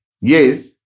Yes